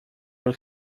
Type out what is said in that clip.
york